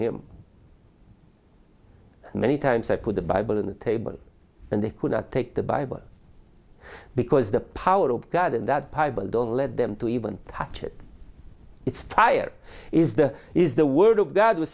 him many times i put the bible in the table and they could not take the bible because the power of god and that possible don't lead them to even touch it it's fire is the is the word of god w